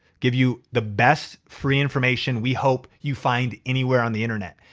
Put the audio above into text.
give you the best free information we hope you find anywhere on the internet.